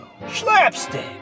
Schlapstick